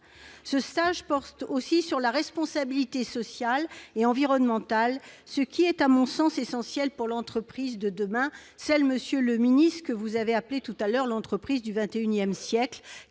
Ce stage porte aussi sur la responsabilité sociale et environnementale, ce qui est à mon sens essentiel pour l'entreprise de demain- celle que vous avez appelée « l'entreprise du XXI siècle